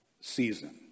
season